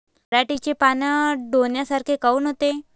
पराटीचे पानं डोन्यासारखे काऊन होते?